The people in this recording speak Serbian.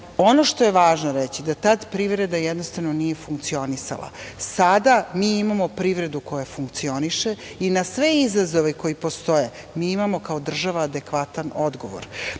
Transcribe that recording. što je važno reći, da tada privreda jednostavno nije funkcionisala. Sada mi imamo privredu koja funkcioniše i na sve izazove koji postoje, mi imamo kao država adekvatan odgovor.